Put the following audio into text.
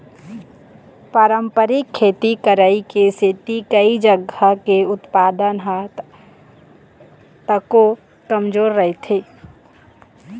पारंपरिक खेती करई के सेती कइ जघा के उत्पादन ह तको कमजोरहा रहिथे